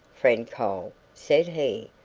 friend cole, said he.